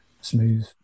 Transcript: smooth